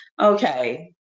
okay